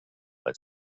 but